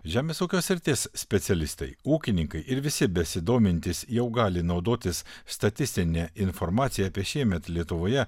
žemės ūkio srities specialistai ūkininkai ir visi besidomintys jau gali naudotis statistine informacija apie šiemet lietuvoje